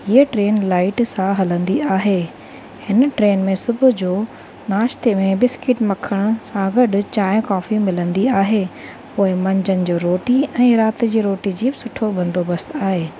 हीअ train light सां हलंदी आहे हिन ट्रेन में सुबुह जो नाश्ते में बिस्किट मखण सां गॾु चांहि कॉफी मिलंदी आहे पोइ मंझंदि जो रोटी ऐं राति जी रोटी जी बि सुठो बंदोबस्तु आहे